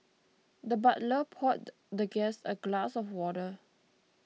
the butler poured the guest a glass of water